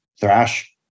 thrash